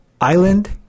Island